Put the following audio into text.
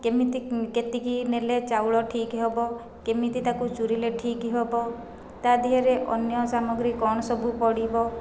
କେମିତି କେତିକି ନେଲେ ଚାଉଳ ଠିକ୍ ହେବ କେମିତି ତାକୁ ଚୁରିଲେ ଠିକି ଦେବ ତା ଦେହରେ ଅନ୍ୟ ସାମଗ୍ରୀ କ'ଣ ସବୁ ପଡ଼ିବ